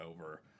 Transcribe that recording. over